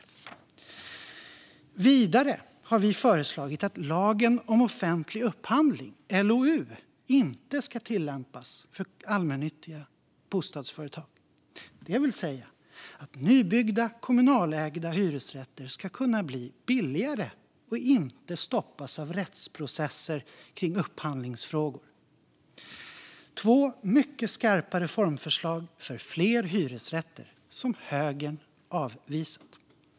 Vidare har vi föreslagit att lagen om offentlig upphandling, LOU, inte ska tillämpas för allmännyttiga bostadsföretag - det vill säga att nybyggda kommunalägda hyresrätter ska kunna bli billigare och inte stoppas av rättsprocesser kring upphandlingsfrågor. Detta är två mycket skarpa reformförslag för fler hyresrätter, som högern har avvisat.